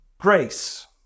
grace